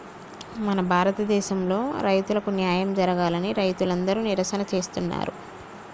మన భారతదేసంలో రైతులకు న్యాయం జరగాలని రైతులందరు నిరసన చేస్తున్నరు